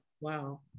Wow